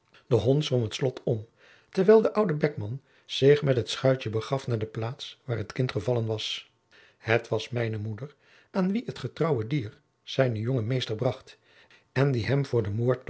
de hond zwom het slot om terwijl de oude beckman zich met het schuitje begaf naar de plaats waar het kind gevallen was het was mijne moeder aan wie het getrouwe dier zijnen jongen meester bracht en die hem voor de